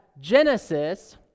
Genesis